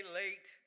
late